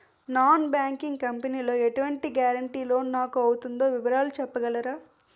Non banking company లో ఎటువంటి guarantee loan నాకు అవుతుందో వివరాలు చెప్పగలరా?